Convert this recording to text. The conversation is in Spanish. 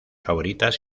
favoritas